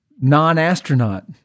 non-astronaut